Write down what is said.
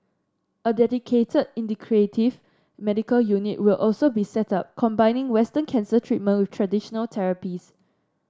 a dedicated integrative medical unit will also be set up combining Western cancer treatment with traditional therapies